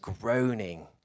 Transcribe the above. groaning